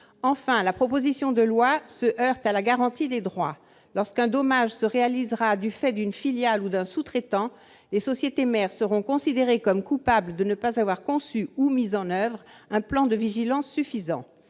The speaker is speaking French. Enfin, la proposition de loi se heurte à la garantie des droits. Lorsqu'un dommage surviendra du fait d'une filiale ou d'un sous-traitant, les sociétés mères seront considérées comme coupables de ne pas avoir conçu ou mis en oeuvre un plan de vigilance suffisant.